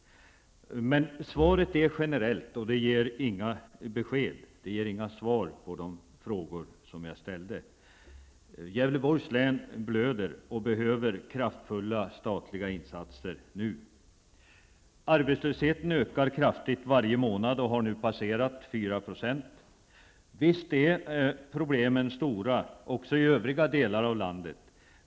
Men svaret är generellt och ger inga svar på de frågor jag ställde. Gävleborgs län blöder och behöver kraftfulla statliga insatser nu. Arbetslösheten ökar kraftigt varje månad och har nu passerat 4 %. Visst är problemen stora också i övriga delar av landet.